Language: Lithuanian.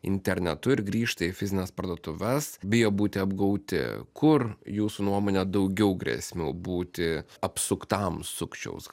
internetu ir grįžta į fizines parduotuves bijo būti apgauti kur jūsų nuomone daugiau grėsmių būti apsuktam sukčiaus